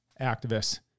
activists